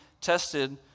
tested